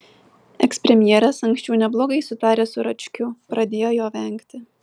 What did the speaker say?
ekspremjeras anksčiau neblogai sutaręs su račkiu pradėjo jo vengti